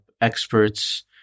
experts